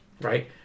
Right